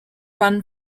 run